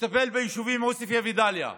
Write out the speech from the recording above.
שתטפל ביישובים עספיא ודאלית אל-כרמל.